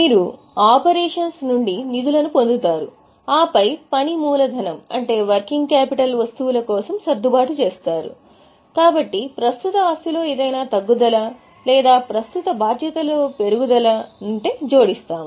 మీరు ఆపరేషన్స్ వస్తువుల కోసం సర్దుబాటు చేస్తారు కాబట్టి ప్రస్తుత ఆస్తిలో ఏదైనా తగ్గుదల లేదా ప్రస్తుత బాధ్యతల్లో పెరుగుదల ను జోడిస్తాము